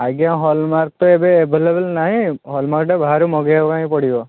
ଆଜ୍ଞା ହଲମାର୍କ ତ ଏବେ ଏଭେଲେବଲ୍ ନାହିଁ ହଲମାର୍କ ଟା ବାହାରୁ ମଗେଇବା ପାଇଁ ପଡ଼ିବ